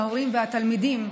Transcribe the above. ההורים והתלמידים,